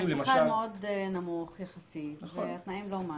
השכר נמוך מאוד יחסית והתנאים לא משהו.